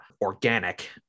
organic